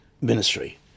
ministry